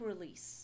release